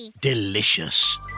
Delicious